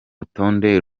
rutonde